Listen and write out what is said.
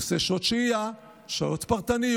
הוא עושה שעות שהייה, שעות פרטניות,